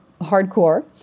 hardcore